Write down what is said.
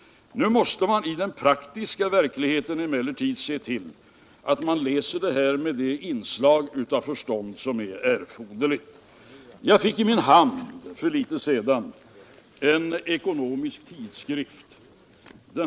Nu måste man i den praktiska verkligheten emellertid se till att man läser med det inslag av förstånd som är erforderligt. Jag fick i min hand för litet sedan en ekonomisk tidskrift.